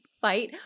fight